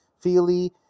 feely